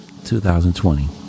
2020